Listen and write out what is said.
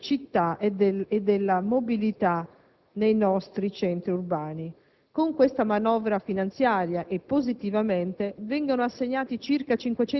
senza indicare quelle necessarie soluzioni innovative per il futuro, in particolare per le infrastrutture che servono il nostro Paese.